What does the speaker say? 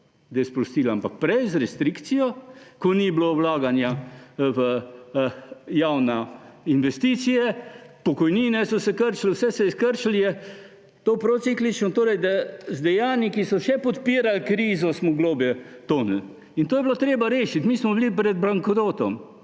da je sprostila, ampak prej z restrikcijo, ko ni bilo vlaganja v javne investicije, pokojnine so se krčile, vse se je krčilo, je to prociklično, torej z dejanji, ki so še podpirala krizo, smo globlje tonili. In to je bilo treba rešiti. Mi smo bili pred bankrotom.